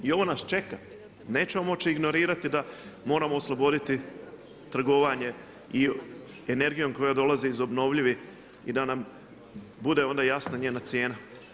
I ovo nas čeka, nećemo moći ignorirati da moramo osloboditi trgovanje i energijom koja dolazi iz obnovljivih i da nam bude onda jasna njena cijena.